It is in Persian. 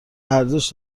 ارزش